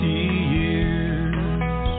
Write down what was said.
years